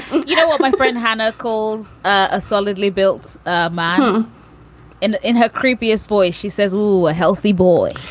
you know, what my friend hannah calls a solidly built ah man in in her creepiest voice. she says, well, a healthy boy.